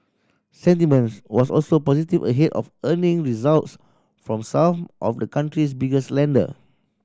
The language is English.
sentiments was also positive ahead of earning results from some of the country's biggest lender